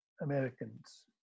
Americans